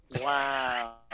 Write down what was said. Wow